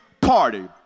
party